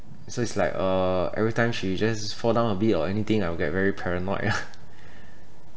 so it's like uh every time she just fall down a bit or anything I'll get very paranoid lah